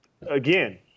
again